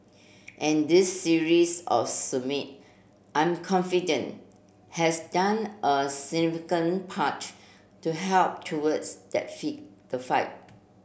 and this series of summit I'm confident has done a significant part to help towards that feet the fight